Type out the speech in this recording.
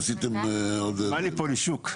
מלי פולישוק.